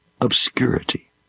obscurity